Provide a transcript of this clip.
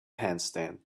handstand